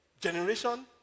generation